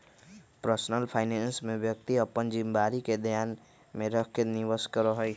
personal finance में व्यक्ति अपन जिम्मेदारी के ध्यान में रखकर निवेश करा हई